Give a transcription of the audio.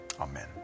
amen